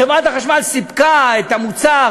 חברת החשמל סיפקה את המוצר,